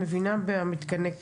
אנחנו מרגישים אותה ב-2022,